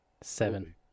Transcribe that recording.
Seven